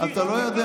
רק אתה מכיר?